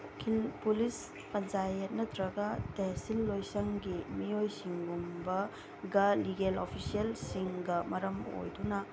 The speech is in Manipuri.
ꯎꯀꯤꯜ ꯄꯨꯂꯤꯁ ꯄꯟꯆꯥꯌꯦꯠ ꯅꯠꯇ꯭ꯔꯒ ꯇꯦꯁꯤꯜ ꯂꯣꯏꯁꯪꯒꯤ ꯃꯤꯑꯣꯏꯁꯤꯡꯒꯨꯝꯕꯒ ꯂꯤꯒꯦꯜ ꯑꯣꯐꯤꯁꯦꯜꯁꯤꯡꯒ ꯃꯔꯝ ꯑꯣꯏꯗꯨꯅ